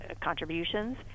contributions